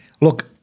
Look